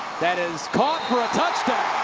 that is caught for a touchdown.